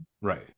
right